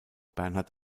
bernhard